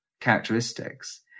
characteristics